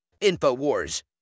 InfoWars